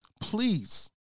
please